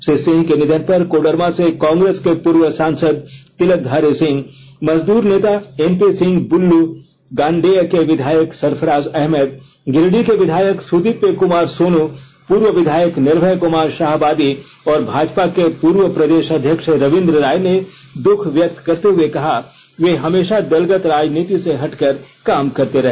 श्री सिंह के निधन पर कोडरमा से कांग्रेस के पूर्व सांसद तिलकधारी सिंह मजदूर नेता एनपी सिंह बुल्लू गांडेय के विधायक सरफराज अहमद गिरिडीह के विधायक सुदीव्य क्मार सोनू पूर्व विधायक निर्भय कुमार शाहाबादी और भाजपा के पूर्व प्रदेश अध्यक्ष रवीन्द्र राय ने दुःख व्यक्त करते हुए कहा कि वे हमेशा दलगत राजनीति से हटकर काम करते रहे